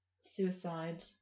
suicide